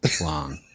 long